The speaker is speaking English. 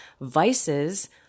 vices